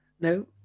No